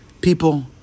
People